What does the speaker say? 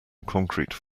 concrete